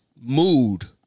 mood